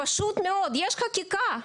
יש חקיקה.